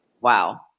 Wow